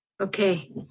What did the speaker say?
Okay